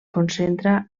concentra